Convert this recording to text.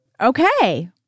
Okay